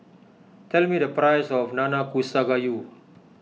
tell me the price of Nanakusa Gayu